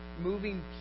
moving